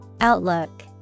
Outlook